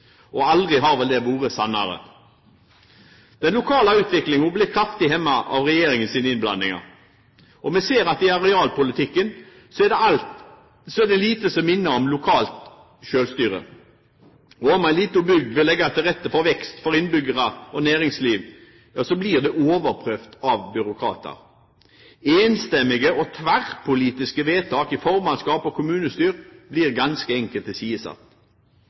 politikk. Aldri har vel det vært sannere. Den lokale utviklingen blir kraftig hemmet av regjeringens innblanding. Vi ser at i arealpolitikken er det lite som minner om lokalt selvstyre. Om en liten bygd vil legge til rette for vekst for innbyggere og næringsliv, blir det overprøvd av byråkrater. Enstemmige og tverrpolitiske vedtak i formannskap og kommunestyre blir ganske enkelt satt til